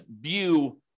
view